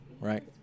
right